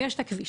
ויש את הכביש.